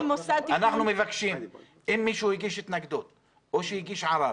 אנחנו מבקשים שאם מישהו הגיש התנגדות או הגיש ערר